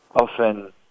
often